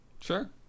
Sure